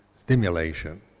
stimulation